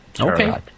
Okay